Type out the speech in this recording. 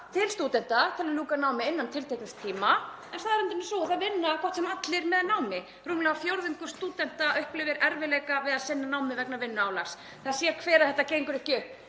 til stúdenta til að ljúka námi innan tiltekins tíma en staðreyndin er sú að það vinna hvort sem er allir með námi og rúmlega fjórðungur stúdenta upplifir erfiðleika við að sinna námi vegna vinnuálags. Það sér hver sem er að þetta gengur ekki upp